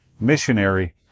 missionary